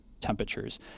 temperatures